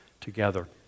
together